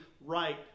right